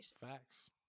Facts